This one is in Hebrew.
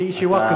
איוא.